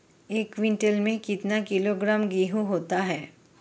एक क्विंटल में कितना किलोग्राम गेहूँ होता है?